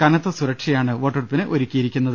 കനത്ത സുരക്ഷയാണ് വോട്ടെടുപ്പിന് ഒരുക്കിയിരിക്കുന്നത്